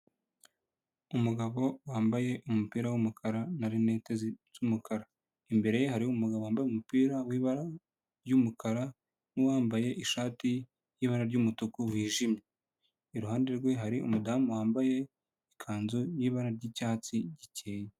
Umugabo wambaye umupira w'umukara na rinete z'umukara, imbere ye hari umugabo wambaye umupira wibara ry'umukara n'uwambaye ishati yibara ry'umutuku wijimye, iruhande rwe hari umudamu wambaye ikanzu yibara ry'icyatsi gikeye.